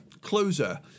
closer